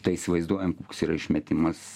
tai įsivaizduojam koks yra išmetimas